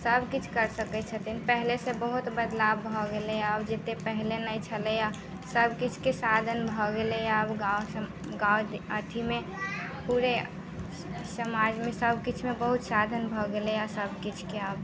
सभकिछु कऽ सकैत छथिन पहिनेसँ बहुत बदलाव आब भऽ गेलै आब जतेक पहिने नहि छलैए सभकिछुके साधन भऽ गेलै आब गामसभ गाम अथिमे पूरे समाजमे सभकिछुमे बहुत साधन भऽ गेलैए सभकिछुके आब